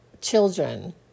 children